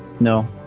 No